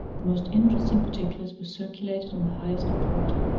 the most interesting particulars were circulated on the highest authority.